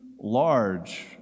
large